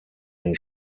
den